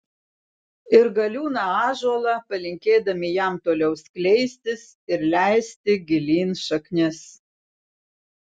ir galiūną ąžuolą palinkėdami jam toliau skleistis ir leisti gilyn šaknis